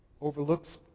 Overlooks